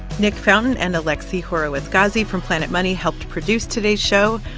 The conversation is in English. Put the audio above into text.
nick fountain and alexi horowitz-ghazi from planet money helped produce today's show.